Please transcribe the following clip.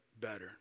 better